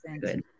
good